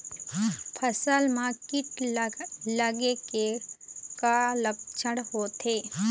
फसल म कीट लगे के का लक्षण होथे?